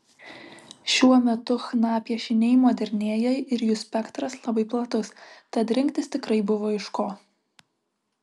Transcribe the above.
šiuo metu chna piešiniai modernėja ir jų spektras labai platus tad rinktis tikrai buvo iš ko